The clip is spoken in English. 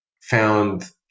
found